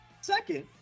Second